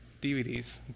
DVDs